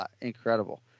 incredible